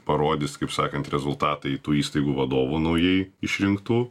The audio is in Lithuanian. parodys kaip sakant rezultatai tų įstaigų vadovų naujai išrinktų